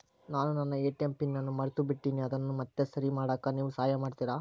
ನಾನು ನನ್ನ ATM PIN ಅನ್ನು ಮರೆತುಬಿಟ್ಟೇನಿ ಅದನ್ನು ಮತ್ತೆ ಸರಿ ಮಾಡಾಕ ನೇವು ಸಹಾಯ ಮಾಡ್ತಿರಾ?